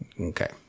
Okay